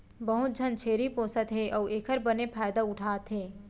बहुत झन छेरी पोसत हें अउ एकर बने फायदा उठा थें